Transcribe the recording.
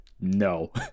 no